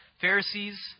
Pharisees